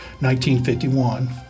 1951